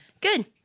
Good